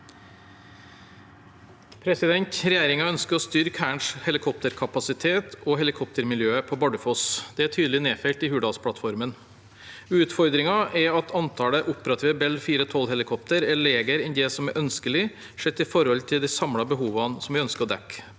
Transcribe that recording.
Regjeringen ønsker å styrke Hærens helikopterkapasitet og helikoptermiljøet på Bardufoss. Det er tydelig nedfelt i Hurdalsplattformen. Utfordringen er at antallet operative Bell 412-helikoptre er lavere enn det som er ønskelig sett i forhold til de samlede behovene som vi ønsker å dekke.